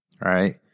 right